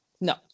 No